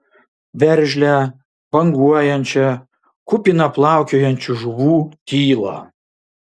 veržlią banguojančią kupiną plaukiojančių žuvų tylą